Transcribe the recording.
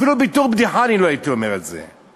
אפילו בתור בדיחה לא הייתי אומר את זה.